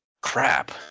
crap